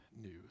news